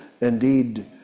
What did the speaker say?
indeed